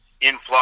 influx